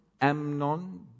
Amnon